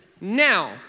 Now